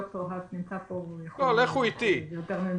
ד"ר האס נמצא פה, והוא יכול להסביר יותר ממני.